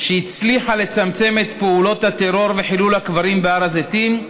שהצליחה לצמצם את פעולות הטרור וחילול הקברים בהר הזיתים,